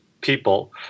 people